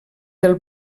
del